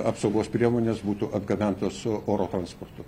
apsaugos priemonės būtų atgabentos su oro transportu